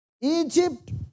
egypt